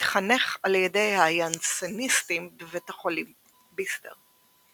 התחנך על ידי היאנסניסיטים בבית החולים ביסטר ,